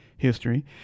history